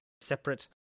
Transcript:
separate